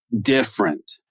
different